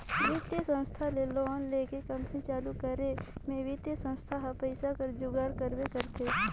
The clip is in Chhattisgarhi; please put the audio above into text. बित्तीय संस्था ले लोन लेके कंपनी चालू करे में बित्तीय संस्था हर पइसा कर जुगाड़ करबे करथे